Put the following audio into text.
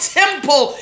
temple